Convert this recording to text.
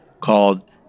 called